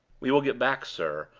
we will get back, sir,